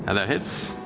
ah that hits.